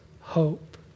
hope